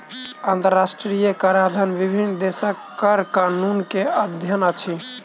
अंतरराष्ट्रीय कराधन विभिन्न देशक कर कानून के अध्ययन अछि